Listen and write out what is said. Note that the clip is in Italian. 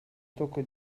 tocco